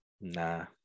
Nah